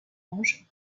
ange